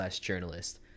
journalist